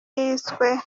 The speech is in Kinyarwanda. yiswe